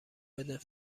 بده